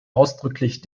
ausdrücklich